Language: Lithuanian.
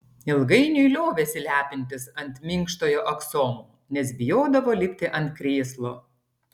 ilgainiui liovėsi lepintis ant minkštojo aksomo nes bijodavo lipti ant krėslo